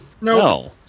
No